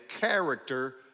character